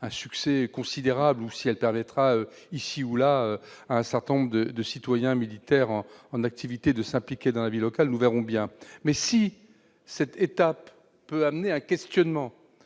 le succès sera considérable ou si cette évolution permettra, ici ou là, à un certain nombre de citoyens militaires en activité de s'impliquer dans la vie locale. Nous verrons bien. Mais si cette étape peut amener un questionnement,